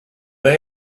they